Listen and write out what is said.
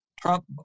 Trump